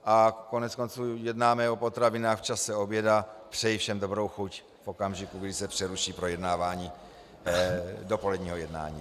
A koneckonců jednáme o potravinách v čase oběda, přeji všem dobrou chuť v okamžiku, kdy se přeruší projednávání dopoledního jednání.